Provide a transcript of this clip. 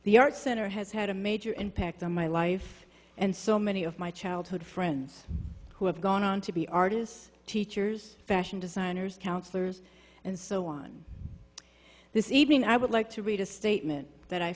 the art center has had a major impact on my life and so many of my childhood friends who have gone on to be artists teachers fashion designers counselors and so on this evening i would like to read a statement that i